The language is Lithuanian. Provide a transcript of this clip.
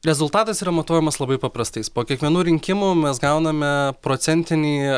rezultatas yra matuojamas labai paprastai po kiekvienų rinkimų mes gauname procentinį